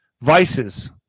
vices